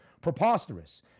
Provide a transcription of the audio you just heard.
preposterous